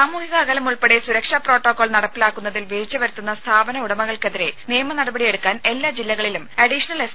സാമൂഹിക അകലം ഉൾപ്പെടെ സുരക്ഷാ പ്രോട്ടോകോൾ നടപ്പാക്കുന്നതിൽ വീഴ്ച വരുത്തുന്ന സ്ഥാപന ഉടമകൾക്കെതിരെ നിയമ നടപടിയെടുക്കാൻ എല്ലാ ജില്ലകളിലും അഡീഷണൽ എസ്